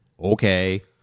okay